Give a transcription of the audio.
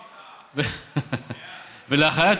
ואחריה,